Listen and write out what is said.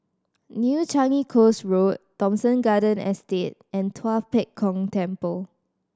New Changi Coast Road Thomson Garden Estate and Tua Pek Kong Temple